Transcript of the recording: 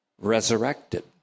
resurrected